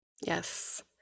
Yes